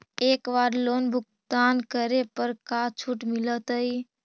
एक बार लोन भुगतान करे पर का छुट मिल तइ?